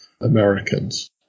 Americans